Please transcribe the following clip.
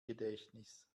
gedächtnis